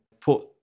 put